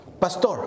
Pastor